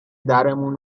درمون